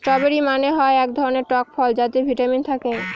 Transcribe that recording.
strawberry মানে হয় এক ধরনের টক ফল যাতে ভিটামিন থাকে